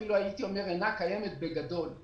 אפילו אינה קיימת בגדול.